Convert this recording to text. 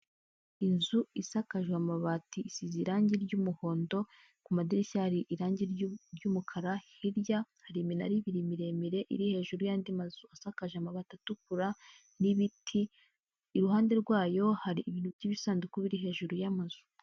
Inzu isakajwe amabati, isize irangi ry'umuhondo, ku madirishya hari irangi ry'umukara, hirya hari iminara ibiri miremire iri hejuru y'andi mazu asakaje amabati atukura n'ibiti, iruhande rwayo hari ibintu by'ibisanduku biri hejuru y'amazu.